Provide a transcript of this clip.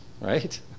right